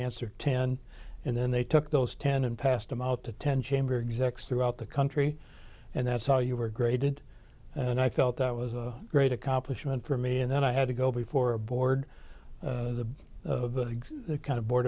answer ten and then they took those ten and passed them out to ten chamber exacts throughout the country and that's how you were graded and i felt that was a great accomplishment for me and then i had to go before a board of the kind of bo